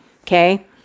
Okay